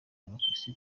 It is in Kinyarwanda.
abakirisitu